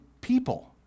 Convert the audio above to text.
people